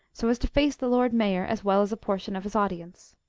so as to face the lord mayor, as well as a portion of his audience.